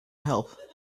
help